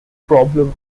problem